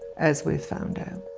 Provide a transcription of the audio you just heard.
as we've found out.